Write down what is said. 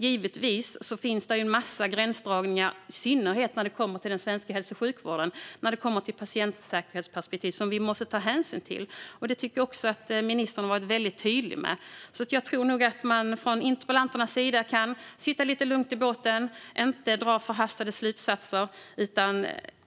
Givetvis finns det en massa gränsdragningar, i synnerhet när det handlar om den svenska hälso och sjukvården och patientsäkerhetsperspektivet, som vi måste ta hänsyn till. Det tycker jag också att ministern har varit väldigt tydlig med. Så jag tror nog att man från interpellanternas sida kan sitta lite lugnt i båten och låta bli att dra förhastade slutsatser.